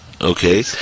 Okay